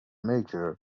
major